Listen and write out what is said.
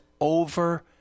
over